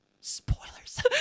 Spoilers